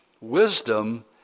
wisdom